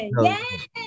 Yes